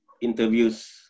interviews